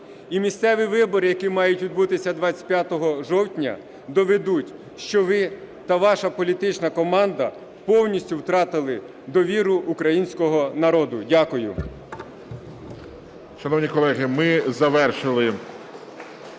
І місцеві вибори, які мають відбутися 25 жовтня, доведуть, що ви та ваша політична команда повністю втратили довіру українського народу. Дякую.